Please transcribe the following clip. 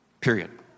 period